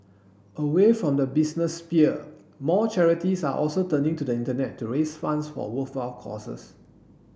away from the business sphere more charities are also turning to the Internet to raise funds for worthwhile causes